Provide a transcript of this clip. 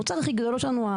המוצר הכי גדול שלנו,